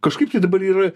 kažkaip tai dabar yra